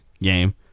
game